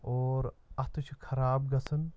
اور اَتھٕ چھِ خراب گَژھان